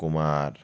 Kumar